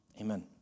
Amen